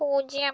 പൂജ്യം